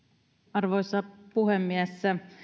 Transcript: arvoisa puhemies